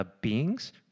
beings